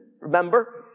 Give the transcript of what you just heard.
remember